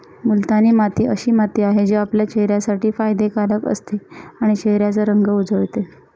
मुलतानी माती अशी माती आहे, जी आपल्या चेहऱ्यासाठी फायदे कारक असते आणि चेहऱ्याचा रंग उजळते